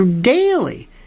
daily